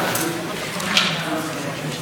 לאחר מכן אנחנו נתחיל דיון סיעתי.